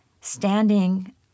standing